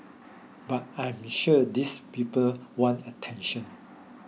but I'm sure these people want attention